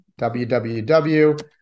www